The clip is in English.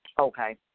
Okay